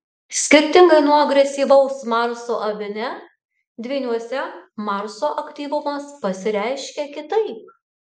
skirtingai nuo agresyvaus marso avine dvyniuose marso aktyvumas pasireiškia kitaip